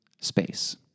space